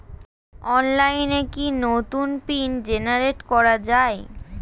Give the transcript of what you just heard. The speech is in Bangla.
অনলাইনে কি নতুন পিন জেনারেট করা যায়?